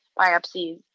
biopsies